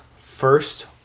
first